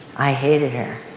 i hated her.